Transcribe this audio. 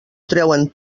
treuen